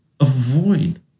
Avoid